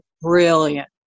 brilliant